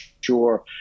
sure